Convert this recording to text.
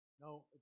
No